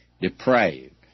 depraved